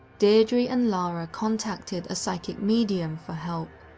deidre and lara contacted a psychic medium for help.